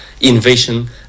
invasion